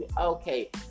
okay